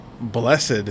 blessed